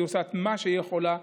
היא עושה את מה שהיא יכולה.